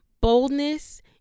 Boldness